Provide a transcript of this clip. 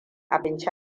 abinci